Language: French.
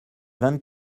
vingt